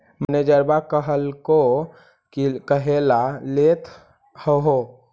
मैनेजरवा कहलको कि काहेला लेथ हहो?